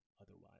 otherwise